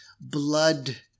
blood